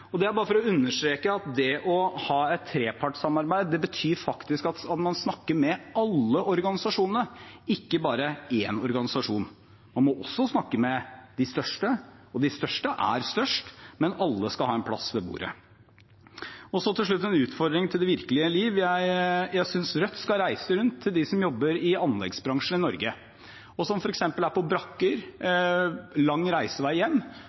Det er bare for å understreke at det å ha et trepartssamarbeid betyr faktisk at man snakker med alle organisasjonene, ikke bare med én organisasjon. Man må også snakke med de største, og de største er størst, men alle skal ha en plass ved bordet. Så til slutt en utfordring til det virkelige liv. Jeg synes Rødt skal reise rundt til dem som jobber i anleggsbransjen i Norge, og som f.eks. er på brakker og har lang reisevei